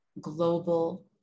global